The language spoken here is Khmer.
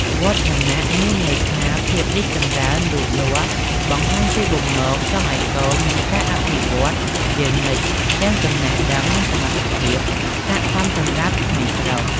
វឌ្ឍនៈ មានន័យថាភាពរីកចម្រើន លូតលាស់ បង្ហាញពីបំណងចង់ឱ្យកូនមានការអភិវឌ្ឍជានិច្ចទាំង ចំណេះដឹង និង សមត្ថភាព សាកសមសម្រាប់ក្មេងប្រុស។